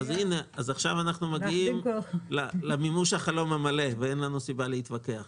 עכשיו אנחנו מגיעים למימוש החלום המלא ואין לנו סיבה להתווכח.